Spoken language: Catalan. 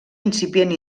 incipient